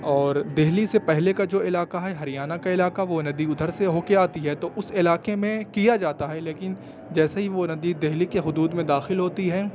اور دہلی سے پہلے کا جو علاقہ ہے ہریانہ کا علاقہ وہ ندی ادھر سے ہو کے آتی ہے تو اس علاقے میں کیا جاتا ہے لیکن جیسے ہی وہ ندی دہلی کے حدود میں داخل ہوتی ہے